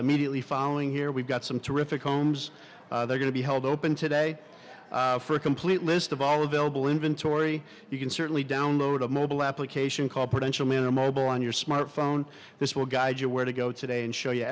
those mediately falling here we've got some terrific homes they're going to be held open today for a complete list of all available inventory you can certainly download a mobile application called potential in a mobile on your smartphone this will guide you where to go today and show you